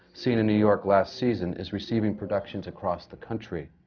seen in new york last season, is receiving productions across the country.